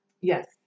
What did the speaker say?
Yes